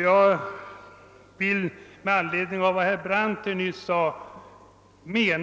Jag vill därför med anledning av vad herr Brandt nyss här